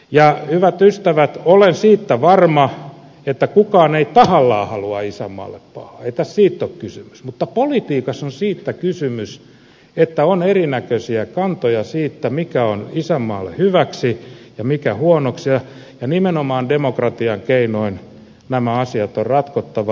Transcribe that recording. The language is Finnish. ja hyvät ystävät olen siitä varma että kukaan ei tahallaan halua isänmaalle pahaa ei tässä siitä ole kysymys mutta politiikassa on siitä kysymys että on erinäköisiä kantoja siitä mikä on isänmaalle hyväksi ja mikä huonoksi ja nimenomaan demokratian keinoin nämä asiat on ratkottava